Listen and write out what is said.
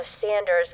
Sanders